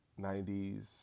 90s